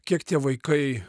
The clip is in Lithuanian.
kiek tie vaikai